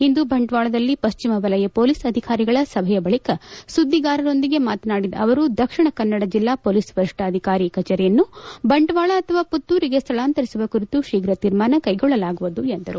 ಇಂದು ಬಂಟ್ನಾಳದಲ್ಲಿ ಪಶ್ಚಿಮ ವಲಯ ಪೊಲೀಸ್ ಅಧಿಕಾರಿಗಳ ಸಭೆಯ ಬಳಕ ಸುದ್ದಿಗಾರರೊಂದಿಗೆ ಮಾತನಾಡಿದ ಅವರು ದಕ್ಷಿಣ ಕನ್ನಡ ಜಿಲ್ಲಾ ಪೊಲೀಸ್ ವರಿಷ್ಠಾಧಿಕಾರಿ ಕಚೇರಿಯನ್ನು ಬಂಟ್ವಾಳ ಅಥವಾ ಪುತ್ತೂರಿಗೆ ಸ್ಥಳಾಂತರಿಸುವ ಕುರಿತು ಶೀಘ್ರ ತೀರ್ಮಾನ ಕೈಗೊಳ್ಳಲಾಗುವುದು ಎಂದರು